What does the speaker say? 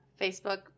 Facebook